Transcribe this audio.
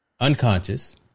Unconscious